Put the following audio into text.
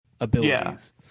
Abilities